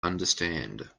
understand